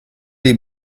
les